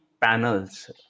panels